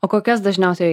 o kokias dažniausiai